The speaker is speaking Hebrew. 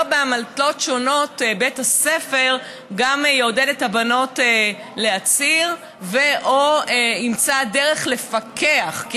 שבית הספר לא יעודד את הבנות להצהיר או ימצא דרך לפקח באמתלות שונות,